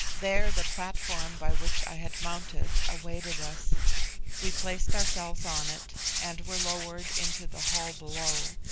there the platform by which i had mounted awaited us we placed ourselves on it and were lowered into the hall below.